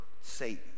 Satan